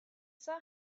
saw